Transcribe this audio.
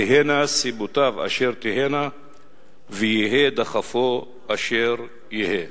תהיינה סיבותיו אשר תהיינה ויהיה דחפו אשר יהיה.